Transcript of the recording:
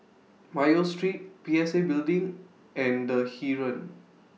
Mayo Street P S A Building and The Heeren